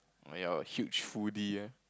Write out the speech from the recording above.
oh ya huge foodie eh